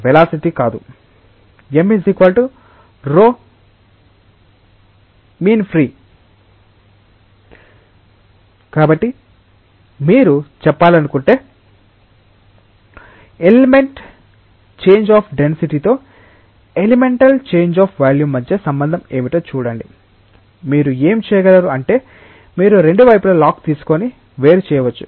M 𝜌∀ ln ln𝜌 ln∀ కాబట్టి మీరు చెప్పాలనుకుంటే ఎలిమెంటల్ చేంజ్ అఫ్ డెన్సిటీ తో ఎలిమెంటల్ చేంజ్ అఫ్ వాల్యూం మధ్య సంబంధం ఏమిటో చూడండి మీరు ఏమి చేయగలరు అంటే మీరు రెండు వైపుల లాగ్ తీసుకొని వేరు చేయవచ్చు